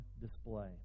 display